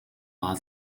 war